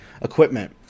equipment